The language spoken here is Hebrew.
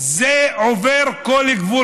זה עובר כל גבול,